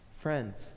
Friends